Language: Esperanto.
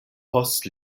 post